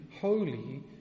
holy